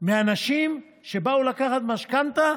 מאנשים שבאו לקחת משכנתה,